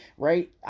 right